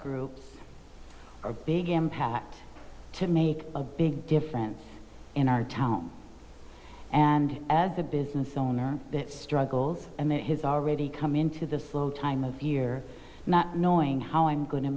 groups or big impact to make a big difference in our town and as the business owner that struggles and that has already come into the slow time of year not knowing how i'm go